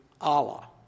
Allah